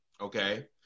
Okay